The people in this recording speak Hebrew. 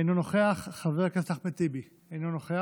אינו נוכח, חבר הכנסת אחמד טיבי, אינו נוכח,